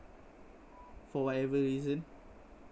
for whatever reason